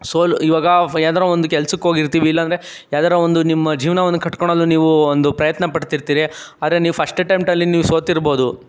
ಸೋಲು ಇವಾಗ ಫ ಏನಾದರು ಒಂದು ಕೆಲ್ಸಕ್ ಹೋಗಿರ್ತಿವಿ ಇಲ್ಲಾಂದರೆ ಯಾವ್ದಾರು ಒಂದು ನಿಮ್ಮ ಜೀವನವನ್ನು ಕಟ್ಟ್ಕೊಳಲು ನೀವು ಒಂದು ಪ್ರಯತ್ನ ಪಡ್ತಿರ್ತೀರಿ ಆದರೆ ನೀವು ಫಸ್ಟ್ ಅಟ್ಟೆಂಪ್ಟಲ್ಲಿ ನೀವು ಸೋತಿರ್ಬೌದು